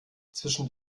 zwischen